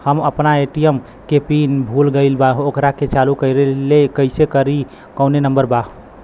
हम अपना ए.टी.एम के पिन भूला गईली ओकरा के चालू कइसे करी कौनो नंबर बा?